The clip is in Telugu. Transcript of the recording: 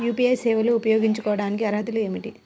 యూ.పీ.ఐ సేవలు ఉపయోగించుకోటానికి అర్హతలు ఏమిటీ?